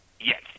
Yes